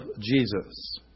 Jesus